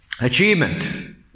achievement